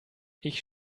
ich